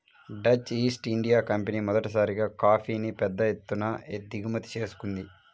Dutch East India Company మొదటిసారిగా కాఫీని పెద్ద ఎత్తున దిగుమతి చేసుకుంది